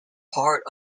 part